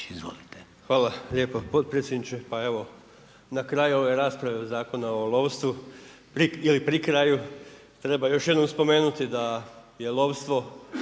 Hvala lijepo potpredsjedniče. Pa evo, na kraju ove rasprave Zakona o lovstvu ili pri kraju, treba još jednom spomenuti da je lovstvo